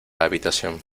habitación